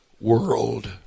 world